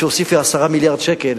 והוסיפו 10 מיליארד שקל,